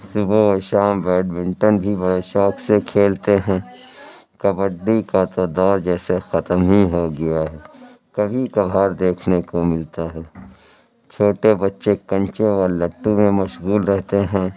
صبح و شام بیڈمنٹن بھی بڑے شوق سے کھیلتے ہیں کبڈی کا تو دور جیسے ختم ہی ہو گیا ہے کبھی کبھار دیکھنے کو ملتا ہے چھوٹے بچے کنچے اور لٹو میں مشغول رہتے ہیں